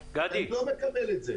ואני לא מקבל את זה.